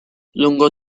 lungo